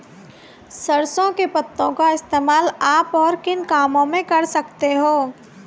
सरसों के पत्तों का इस्तेमाल आप और किन कामों में कर सकते हो?